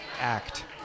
act